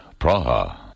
Praha